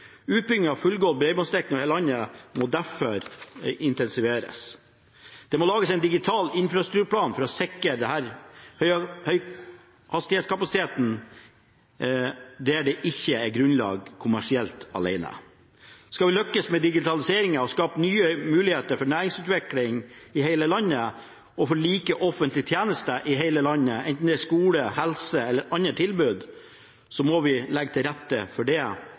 Utbyggingen av fullgod bredbåndsdekning over hele landet må derfor intensiveres. Det må lages en plan for digital infrastruktur for å sikre høyhastighetskapasiteten der det ikke er grunnlag kommersielt. Skal vi lykkes med digitaliseringen, skape nye muligheter for næringsutvikling og ha offentlige tjenester som er like i hele landet, enten det er skole, helse eller andre tilbud, må vi legge til rette for det